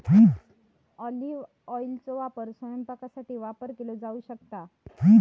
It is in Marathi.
ऑलिव्ह ऑइलचो वापर स्वयंपाकासाठी वापर केलो जाऊ शकता